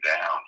down